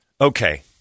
Okay